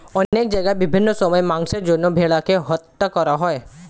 অনেক জায়গায় বিভিন্ন সময়ে মাংসের জন্য ভেড়াকে হত্যা করা হয়